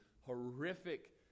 horrific